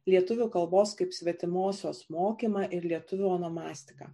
lietuvių kalbos kaip svetimosios mokymą ir lietuvių onomastiką